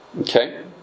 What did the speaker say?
Okay